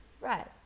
right